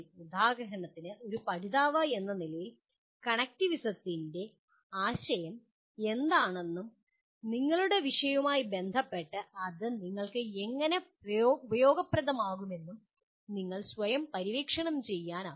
ഉദാഹരണത്തിന് ഒരു പഠിതാവ് എന്ന നിലയിൽ കണക്റ്റിവിസത്തിന്റെ ഈ ആശയം എന്താണെന്നും നിങ്ങളുടെ വിഷയവുമായി ബന്ധപ്പെട്ട് ഇത് നിങ്ങൾക്ക് എങ്ങനെ ഉപയോഗപ്രദമാകുമെന്നും നിങ്ങൾക്ക് സ്വയം പര്യവേക്ഷണം ചെയ്യാനാകും